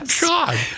God